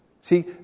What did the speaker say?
see